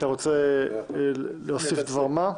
אתה מעוניין להוסיף דבר מה,